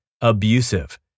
abusive